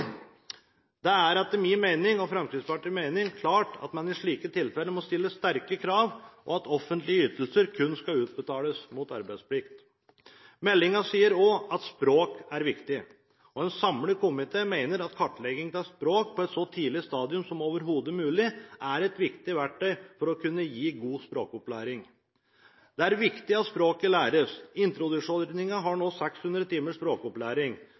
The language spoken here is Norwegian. Det er etter min og Fremskrittspartiets mening klart at en i slike tilfeller må stille sterke krav, og at offentlige ytelser kun skal utbetales mot arbeidsplikt. Meldingen sier også at språk er viktig, og en samlet komité mener at kartlegging av språk på et så tidlig stadium som overhodet mulig er et viktig verktøy for å kunne gi god språkopplæring. Det er viktig at språket læres. Introduksjonsordningen har nå 600 timer språkopplæring.